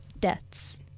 deaths